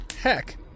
Heck